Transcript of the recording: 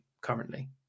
currently